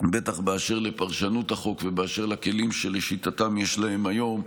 בטח באשר לפרשנות החוק ובאשר לכלים שלשיטתם יש להם היום,